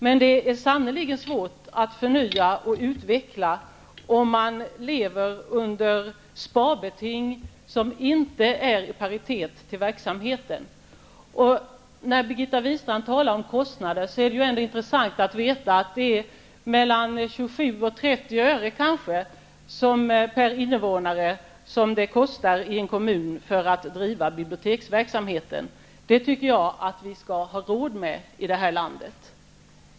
Men det är sannerligen svårt att förnya och utveckla om man lever under sparbeting som inte är i paritet med verksamheten. När Birgitta Wistrand talar om kostnader är det intressant att veta att det kostar 27--30 öre per invånare i en kommun att driva biblioteksverksamheten. Det tycker jag att vi skall ha råd med i det här landet.